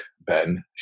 Ben